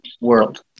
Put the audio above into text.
world